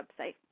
website